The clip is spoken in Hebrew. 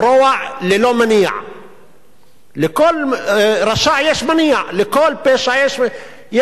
לכל רשע יש מניע, כל פשע, יש מניע מאחוריו.